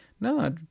No